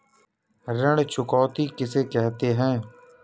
ऋण चुकौती किसे कहते हैं?